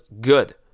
good